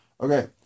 okay